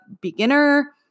beginner